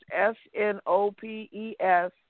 S-N-O-P-E-S